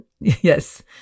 Yes